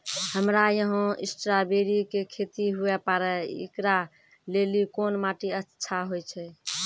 हमरा यहाँ स्ट्राबेरी के खेती हुए पारे, इकरा लेली कोन माटी अच्छा होय छै?